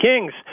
Kings